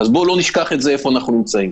אז בואו לא נשכח איפה אנחנו נמצאים.